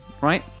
right